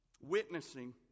witnessing